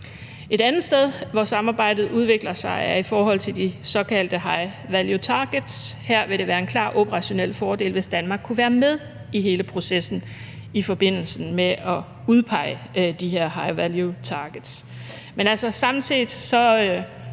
Et andet sted, hvor samarbejdet udvikler sig, er i forhold til de såkaldte high value targets; her ville det være en klar operationel fordel, hvis Danmark kunne være med i hele processen i forbindelse med at udpege de her high value targets.